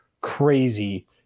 crazy